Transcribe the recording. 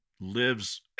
lives